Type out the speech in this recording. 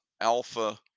alpha